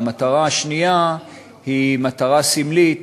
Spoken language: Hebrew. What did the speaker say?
והמטרה השנייה היא מטרה סמלית,